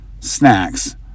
Snacks